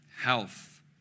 health